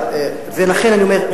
ולכן אני אומר,